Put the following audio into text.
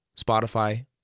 Spotify